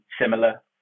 similar